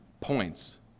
points